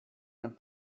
and